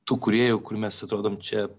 tų kūrėjų kur mes atrodom čia